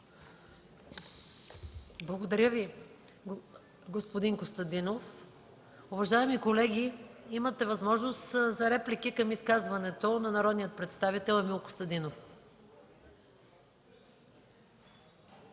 Благодаря Ви, господин Костадинов. Уважаеми колеги, имате възможност за реплики към изказването на народния представител Емил Костадинов.